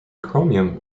chromium